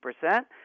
percent